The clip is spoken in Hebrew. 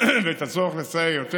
ואת הצורך לסייע יותר.